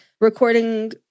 recording